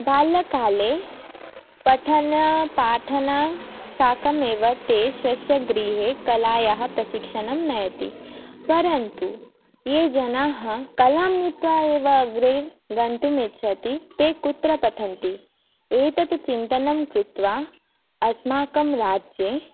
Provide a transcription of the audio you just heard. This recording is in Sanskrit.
बाल्यकाले पठनं पाठनं साकम् एव ते स्वस्य गृहे कलायाः प्रशिक्षणं नयति परन्तु ये जनाः कलां नीत्वा एव अग्रे गन्तुम् इच्छन्ति ते कुत्र पठन्ति एतत् चिन्तनं कृत्वा अस्माकं राज्ये